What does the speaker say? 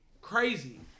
crazy